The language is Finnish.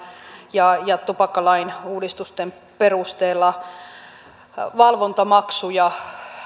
ja ja tupakkalain uudistusten perusteella korotetaan valvontamaksuja